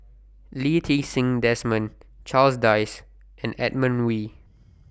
Lee Ti Seng Desmond Charles Dyce and Edmund Wee